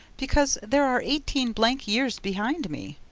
because there are eighteen blank years behind me.